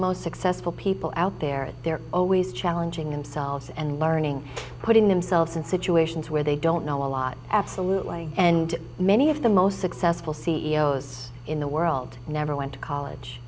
most successful people out there they're always challenging themselves and learning putting themselves in situations where they don't know a lot absolutely and many of the most successful c e o s in the world never went to college